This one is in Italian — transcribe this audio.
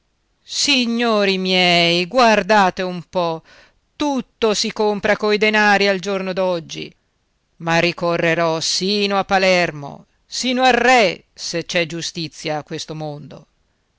signori miei guardate un po tutto si compra coi denari al giorno d'oggi ma ricorrerò sino a palermo sino al re se c'è giustizia a questo mondo